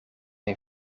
een